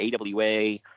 AWA